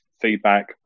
feedback